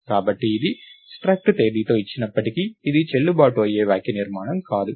కాబట్టి ఇది struct తేదీతో ఇచ్చినప్పటికీ ఇది చెల్లుబాటు అయ్యే వాక్యనిర్మాణం కాదు